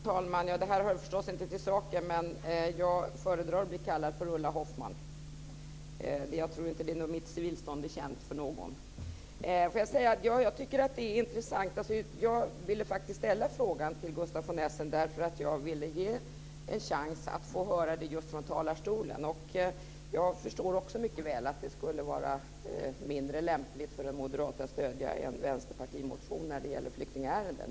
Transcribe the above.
Fru talman! Det här hör förstås inte till saken, men jag föredrar att bli kallad för Ulla Hoffmann. Jag tror inte mitt civilstånd är känt för någon. Jag tycker att detta är intressant. Jag ville ställa frågan till Gustaf von Essen, eftersom jag ville få en chans att höra det just från talarstolen. Jag förstår också mycket väl att det skulle vara mindre lämpligt för en moderat att stödja en vänsterpartimotion som gäller ett flyktingärende.